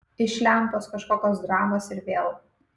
iš lempos kažkokios dramos ir vėl